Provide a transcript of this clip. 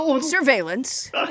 surveillance